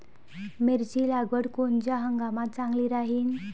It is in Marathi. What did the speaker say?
मिरची लागवड कोनच्या हंगामात चांगली राहीन?